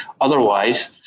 Otherwise